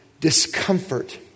discomfort